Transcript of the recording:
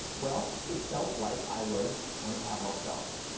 well, it felt like i was one of pavlov's dogs.